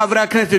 חברי הכנסת,